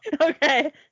Okay